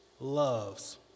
Loves